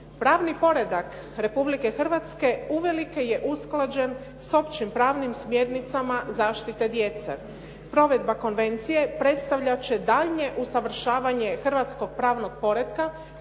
Pravni poredak Republike Hrvatske uvelike je usklađen s općim pravnim smjernicama zaštite djece. Provedba konvencije predstavljat će daljnje usavršavanje hrvatskog pravnog poretka